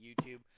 YouTube